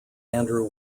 andrew